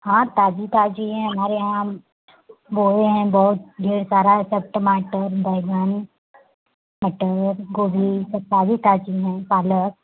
हाँ ताजी ताजी हैं हमारे यहाँ हम बोए हैं बहुत ढेर सारा ये सब टमाटर बैंगन मटर गोभी सब ताजी ताजी हैं पालक